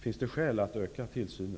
Finns det skäl att öka tillsynen?